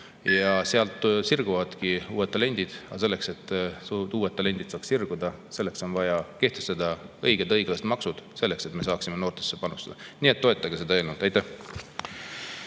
Sealt sirguvad uued talendid. Aga selleks, et uued talendid saaksid sirguda, on vaja kehtestada õiged ja õiglased maksud selleks, et me saaksime noortesse panustada. Nii et toetage seda eelnõu. Aitäh!